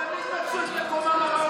מי הוא שיקרא לך זבל?